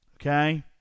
okay